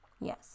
Yes